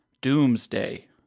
Doomsday